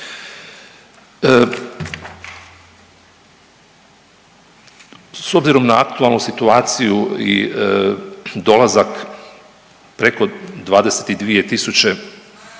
S obzirom na aktualnu situaciju i dolazak preko 22